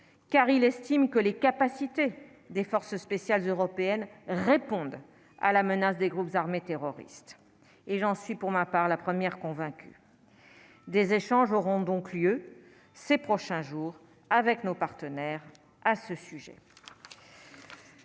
car il estime que les capacités des forces spéciales européennes répondent à la menace des groupes armés terroristes et j'en suis, pour ma part, la première des échanges auront donc lieu ces prochains jours avec nos partenaires à ce sujet.